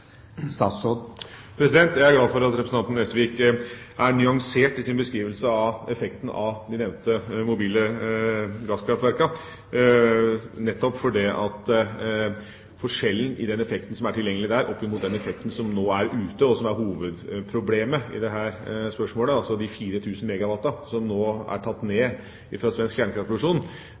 Jeg er glad for at representanten Nesvik er nyansert i sin beskrivelse av effekten av de nevnte mobile gasskraftverkene. Forskjellen i den effekten som er tilgjengelig der, målt opp mot den effekten som nå er ute, og som er hovedproblemet i dette spørsmålet – altså forskjellen på de 4 000 megawatt som nå er tatt ned fra svensk